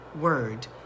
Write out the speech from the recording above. word